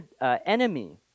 enemy